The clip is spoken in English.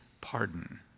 pardon